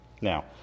Now